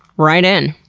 write in!